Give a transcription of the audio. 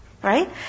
Right